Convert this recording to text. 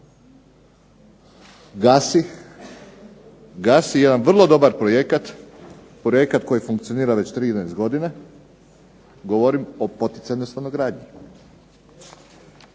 gasi jedan vrlo dobar projekat, projekat koji funkcionira već 13 godina, govorim o poticajnoj stanogradnji.